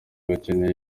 bakeneye